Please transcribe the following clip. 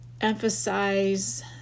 emphasize